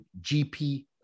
GP